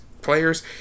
players